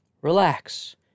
Relax